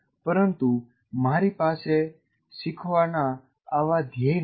પરંતુ મારી પાસે શીખવાનના આવા ધ્યેય નથી